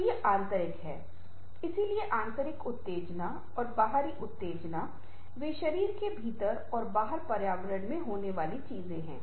तो ये आंतरिक हैं इसलिए आंतरिक उत्तेजना और बाहरी उत्तेजना वे शरीर के भीतर और बाहर पर्यावरण में होने वाली चीजें हैं